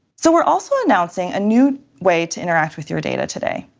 so we're also announcing a new way to interact with your data today.